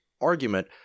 argument